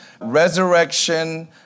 resurrection